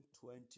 twenty